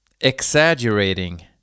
Exaggerating